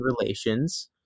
relations